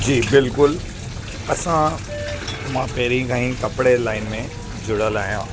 जी बिल्कुलु असां मां पहिरीं खां ई कपिड़े लाइन में जुड़ियल आहियां